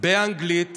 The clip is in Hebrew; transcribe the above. באנגלית